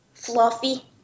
fluffy